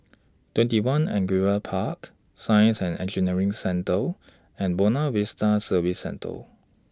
twenty one Angullia Park Science and Engineering Centre and Buona Vista Service Centre